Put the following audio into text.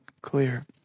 clear